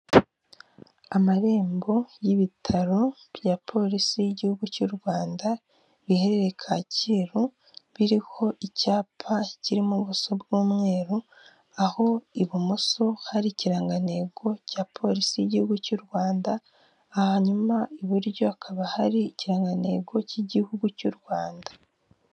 Amarembo y'ibitaro bya polisi y'igihugu cy'u Rwanda biherereye Kacyiru, biriho icyapa kirimo ubuso bw'umweru aho ibumoso hari ikirangantego cya polisi y'igihugu cy'u Rwanda hanyuma iburyo hakaba hari ikirangantego cy'igihugu cy'u Rwanda.